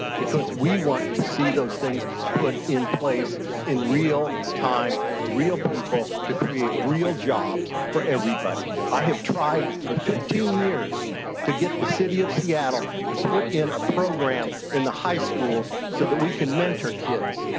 because, we want to see those things put in place in real time, for real people to create real jobs for everybody. i have tried for fifteen years to get the city of seattle to put in a program in the high schools so that we can mentor kids.